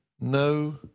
no